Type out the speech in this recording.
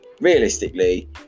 realistically